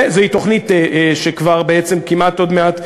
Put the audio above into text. וזאת תוכנית שכבר בעצם כמעט עוד מעט,